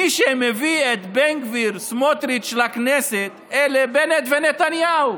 מי שמביא את בן גביר וסמוטריץ' לכנסת אלה בנט ונתניהו.